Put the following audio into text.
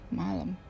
malam